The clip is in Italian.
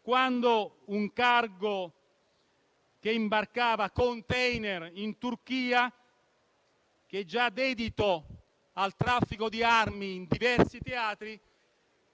quando un cargo che imbarcava *container* in Turchia, già dedito al traffico di armi in diversi teatri,